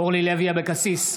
אורלי לוי אבקסיס,